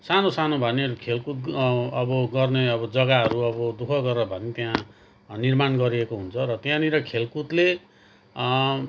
सानो सानो भए पनि खेलकुद अब गर्ने अब जग्गाहरू अब दुःख गरेर भए पनि त्यहाँ निर्माण गरिएको हुन्छ र त्यहाँनिर खेलकुदले